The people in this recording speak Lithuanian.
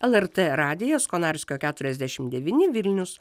lrt radijas konarskio keturiasdešim devyni vilnius